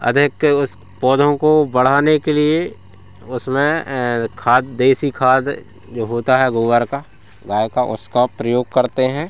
अधिक उस पौधों को बढ़ाने के लिए उसमें खाद देसी खाद जो होती है गोबर की गाय का उसका प्रयोग करते हैं